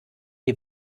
die